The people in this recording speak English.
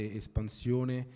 espansione